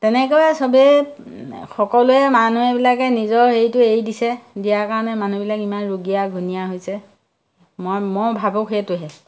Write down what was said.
তেনেকৈয়ে চবেই সকলোৱে মানুহ বিলাকে নিজৰ হেৰিটো এৰি দিছে দিয়াৰ কাৰণে মানুহবিলাক ইমান ৰুগীয়া ঘুণীয়া হৈছে মই মই ভাবোঁ সেইটোহে